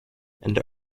and